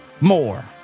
More